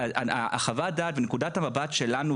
חוות הדעת ונקודת המבט שלנו,